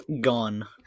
Gone